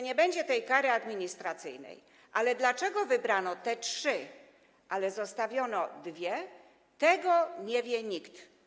Nie będzie tej kary administracyjnej, ale tego, dlaczego wybrano te trzy, a zostawiono dwie, nie wie nikt.